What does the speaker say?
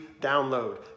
download